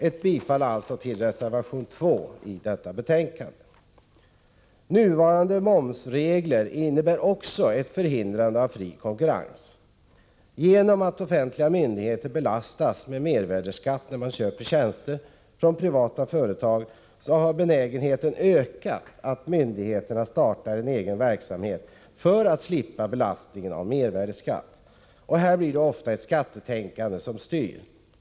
Jag yrkar alltså bifall till reservation 2 vid detta betänkande. Nuvarande momsregler innebär också ett förhindrande av fri konkurrens. Genom att offentliga myndigheter belastas med mervärdeskatt när man köper tjänster från privata företag har benägenheten ökat att myndigheterna startar egen verksamhet för att slippa belastningen av mervärdeskatt. Här blir det ofta ett skattetänkande som styr.